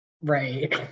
Right